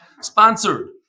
Sponsored